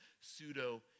pseudo